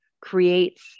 creates